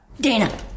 Dana